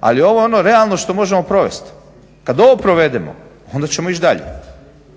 ali ovo je ono realno što možemo provest. Kad ovo provedemo onda ćemo ići dalje.